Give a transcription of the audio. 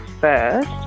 first